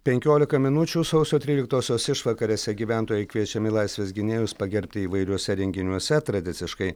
penkiolika minučių sausio tryliktosios išvakarėse gyventojai kviečiami laisvės gynėjus pagerbti įvairiuose renginiuose tradiciškai